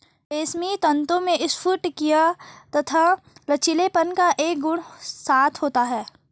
रेशमी तंतु में स्फटिकीय तथा लचीलेपन का गुण एक साथ होता है